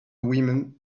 women